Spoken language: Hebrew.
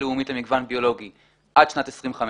לאומית למגוון ביולוגי עד שנת 2015,